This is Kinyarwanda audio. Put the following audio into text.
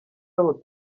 aho